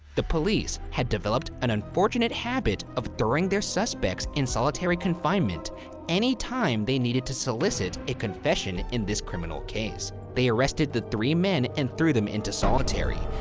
the police had developed an unfortunate habit of throwing their suspects in solitary confinement anytime they needed to solicit a confession in this criminal case. they arrested the three men and threw them into solitary.